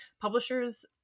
publishers